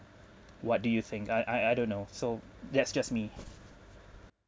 what do you think I I I don't know so that's just me